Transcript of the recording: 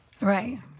Right